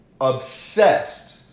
obsessed